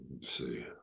see